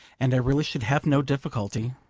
and i really shall have no difficulty.